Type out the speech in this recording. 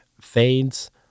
fades